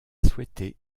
souhaité